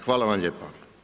Hvala vam lijepa.